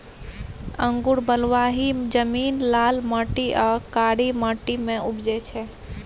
अंगुर बलुआही जमीन, लाल माटि आ कारी माटि मे उपजै छै